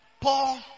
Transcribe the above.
Paul